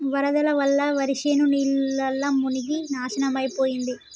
వరదల వల్ల వరిశేను నీళ్లల్ల మునిగి నాశనమైపోయింది